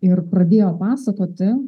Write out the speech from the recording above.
ir pradėjo pasakoti